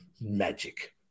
Magic